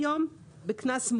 היום גובה הקנס הו א 250 שקלים.